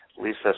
Lisa